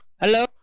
Hello